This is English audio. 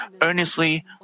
earnestly